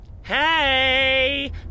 Hey